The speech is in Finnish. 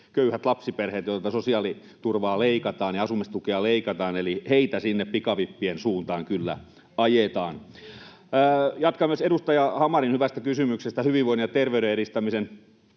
köyhät lapsiperheet, joilta sosiaaliturvaa leikataan ja asumistukea leikataan, eli heitä sinne pikavippien suuntaan kyllä ajetaan. Jatkan myös edustaja Hamarin hyvästä kysymyksestä hyvinvoinnin ja terveyden edistämisen